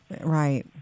right